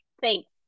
Thanks